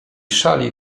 szali